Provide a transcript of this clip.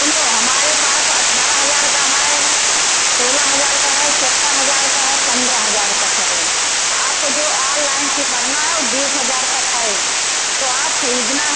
सुनो हमारे पास अठारह हज़ार का है सोलह हज़ार का है चौदह हज़ार का है पन्द्रह हज़ार तक है आपको जो ऑनलाइन से पढ़ना है वह बीस हज़ार तक है तो आप खरीदना